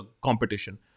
competition